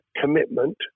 commitment